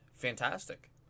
fantastic